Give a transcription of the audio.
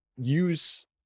Use